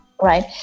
right